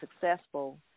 successful